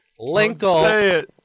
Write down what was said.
Linkle